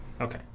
Okay